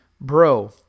Bro